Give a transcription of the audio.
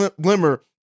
glimmer